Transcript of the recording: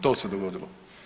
To se dogodilo.